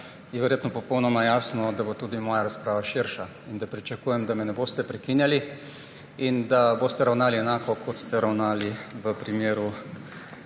je verjetno popolnoma jasno, da bo tudi moja razprava širša in da pričakujem, da me ne boste prekinjali in da boste ravnali enako kot ste ravnali v primeru